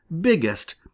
biggest